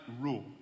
rule